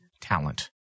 talent